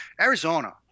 Arizona